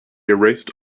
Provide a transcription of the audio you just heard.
erased